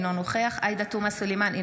אינו נוכח עאידה תומא סלימאן,